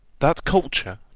that culture,